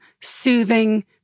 soothing